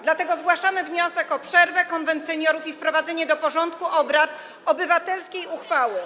Dlatego zgłaszamy wniosek o przerwę, zwołanie Konwentu Seniorów i wprowadzenie do porządku obrad obywatelskiej uchwały.